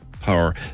power